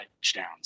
touchdowns